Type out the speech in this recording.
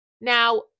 Now